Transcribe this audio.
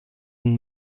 den